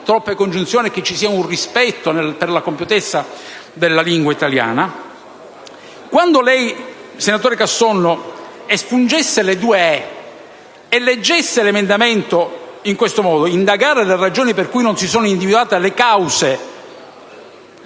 troppe congiunzioni e che ci sia rispetto per la compiutezza della lingua italiana. Se lei, senatore Casson, espungesse le due «e», l'emendamento si leggerebbe in questo modo: indagare le ragioni per cui non si sono individuate le cause